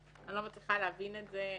אני לא מצליחה להבין את זה,